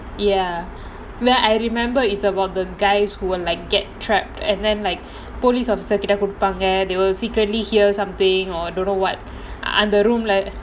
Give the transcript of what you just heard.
ya but I remember it's about the guys who were like get trapped and then like police officer கிட்ட கொடுத்தாங்க:kitta koduthaangga they will secretly hear something or don't know what or the room like